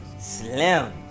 Slim